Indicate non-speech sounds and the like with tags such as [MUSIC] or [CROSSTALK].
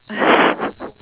[BREATH]